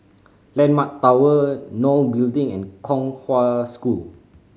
Landmark Tower NOL Building and Kong Hwa School